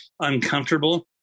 uncomfortable